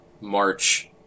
March